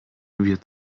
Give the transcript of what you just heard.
wir